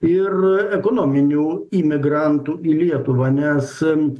ir ekonominių imigrantų į lietuvą nes